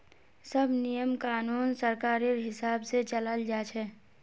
सब नियम कानून सरकारेर हिसाब से चलाल जा छे